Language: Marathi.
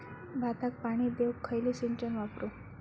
भाताक पाणी देऊक खयली सिंचन वापरू?